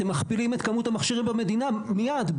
אתם מכפילים את כמות המכשירים במדינה מיד,